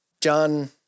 John